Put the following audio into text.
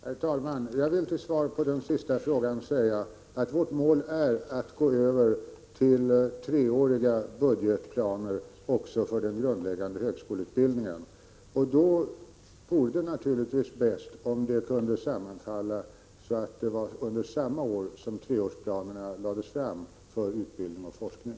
Herr talman! Jag vill till svar på den sista frågan säga att vårt mål är att gå över till treåriga budgetplaner också för den grundläggande högskoleutbildningen. Då vore det naturligtvis bäst om dessa budgetförslag tidsmässigt kunde sammanfalla, så att treårsplanerna lades fram samma år för både utbildning och forskning.